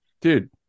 dude